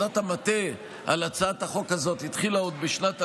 עבודת המטה על הצעת החוק הזאת התחילה עוד בשנת 2016,